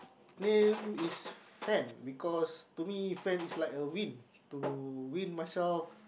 name is Fen because to me Fen is like a win to win myself